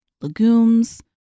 legumes